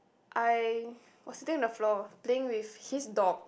I was sitting on the floor playing with his dog